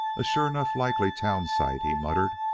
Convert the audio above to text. a sure enough likely town site, he muttered.